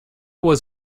was